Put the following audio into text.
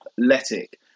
Athletic